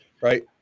right